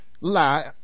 lie